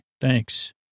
Thanks